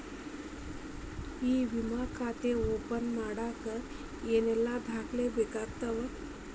E ವಿಮಾ ಖಾತೆ open ಮಾಡಕ ಏನೇನ್ ದಾಖಲೆ ಬೇಕಾಗತವ